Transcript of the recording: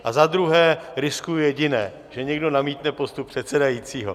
A za druhé riskuji jediné, že někdo namítne postup předsedajícího.